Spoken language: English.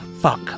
Fuck